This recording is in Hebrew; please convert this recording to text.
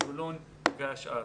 זבולון והשאר.